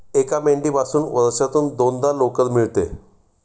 एका मेंढीपासून वर्षातून दोनदा लोकर मिळते